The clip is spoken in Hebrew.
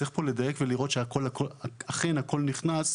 צריך לדייק פה ולראות שאכן הכל נכנס,